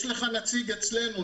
יש לך נציג אצלנו,